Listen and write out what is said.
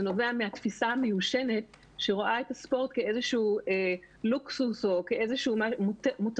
זה נובע מהתפיסה המיושנת שרואה את הספורט כאיזשהו לוקסוס או כמותרות.